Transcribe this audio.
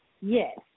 Yes